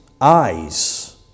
eyes